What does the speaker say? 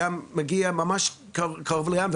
גם מגיע ממש קרוב לים,